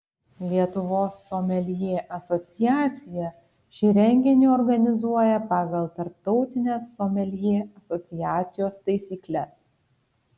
lietuvos someljė asociacija šį renginį organizuoja pagal tarptautines someljė asociacijos taisykles